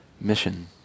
mission